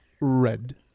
Red